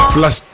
Plus